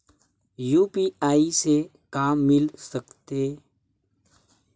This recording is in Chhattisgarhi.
यू.पी.आई से का मिल सकत हे?